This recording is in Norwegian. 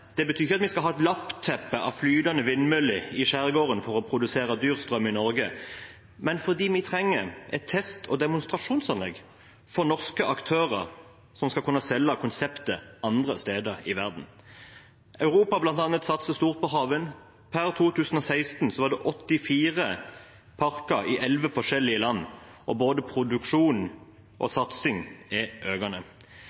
det betyr ikke at vi skal ha et lappeteppe av flytende vindmøller i skjærgården for å produsere dyr strøm i Norge. Det er fordi vi trenger et test- og demonstrasjonsanlegg for norske aktører som skal kunne selge konseptet andre steder i verden. Europa, bl.a., satser stort på havvind. Per 2016 var det 84 parker i 11 forskjellige land, og både produksjon og